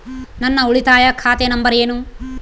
ನನ್ನ ಉಳಿತಾಯ ಖಾತೆ ನಂಬರ್ ಏನು?